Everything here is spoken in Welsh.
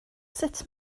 sut